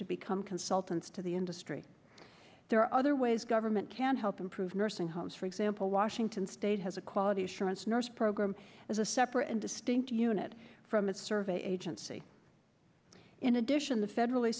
to become consultants to the industry there are other ways government can help improve nursing homes for example washington state has a quality assurance nurse program as a separate and distinct unit from its survey agency in addition the federally